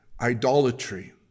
idolatry